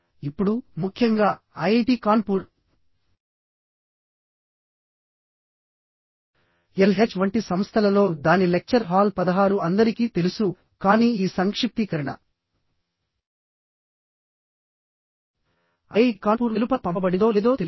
ఇప్పుడు ముఖ్యంగా IIT Kanpur L H వంటి సంస్థలలో దాని లెక్చర్ హాల్ పదహారు అందరికీ తెలుసు కానీ ఈ సంక్షిప్తీకరణ ఐఐటి కాన్పూర్ వెలుపల పంపబడిందో లేదో తెలియదు